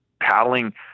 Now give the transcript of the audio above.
paddling